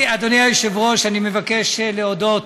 אדוני היושב-ראש, אני מבקש להודות